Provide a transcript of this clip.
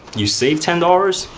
you save ten dollars,